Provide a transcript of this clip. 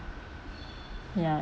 ya